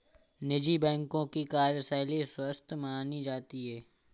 निजी बैंकों की कार्यशैली स्वस्थ मानी जाती है